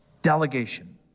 delegation